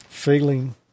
feeling